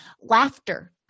Laughter